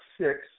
six